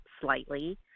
slightly